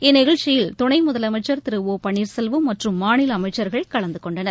இந்நிகழ்ச்சியில் துணை முதலமைச்சர் திரு ஒ பன்னீர்செல்வம் மற்றும் மாநில அமைச்சர்கள் கலந்துகொண்டனர்